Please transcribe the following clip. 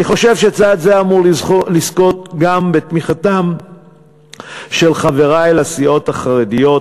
אני חושב שצעד זה אמור לזכות גם בתמיכתם של חברי לסיעות החרדיות,